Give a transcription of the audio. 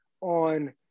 on